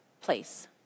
place